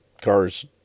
cars